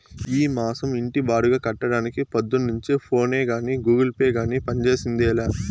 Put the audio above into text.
ఈ మాసం ఇంటి బాడుగ కట్టడానికి పొద్దున్నుంచి ఫోనే గానీ, గూగుల్ పే గానీ పంజేసిందేలా